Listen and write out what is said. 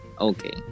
Okay